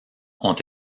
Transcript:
ont